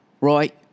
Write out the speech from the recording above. right